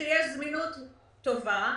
הוא שיש זמינות טובה,